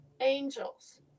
Angels